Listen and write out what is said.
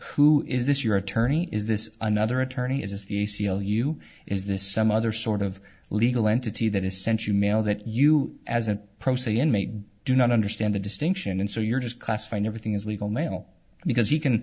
who is this your attorney is this another attorney is the a c l u is this some other sort of legal entity that has sent you mail that you as a pro se inmate do not understand the distinction and so you're just class fine everything is legal mail because he can